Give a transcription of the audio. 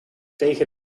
tegen